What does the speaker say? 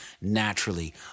naturally